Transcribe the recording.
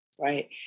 Right